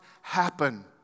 happen